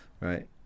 Right